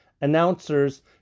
announcers